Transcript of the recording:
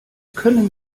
können